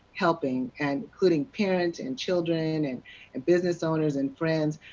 helping, and including parents and children, and and business owners and friends,